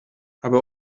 aber